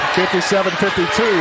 57-52